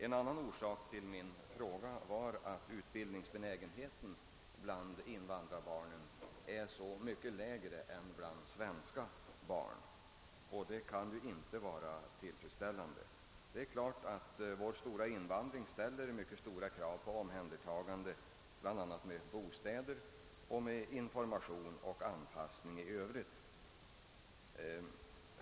En annan orsak till min fråga var att utbildningsbenägenheten bland invandrarbarnen är så iögonenfallande mycket lägre än bland svenska barn, och det måste ju vara någon särskild orsak till detta. Självfallet ställer vår stora invandring mycket omfattande krav på omhändertagande bl.a. med bostäder, med information och med anpassningsåtgärder i övrigt.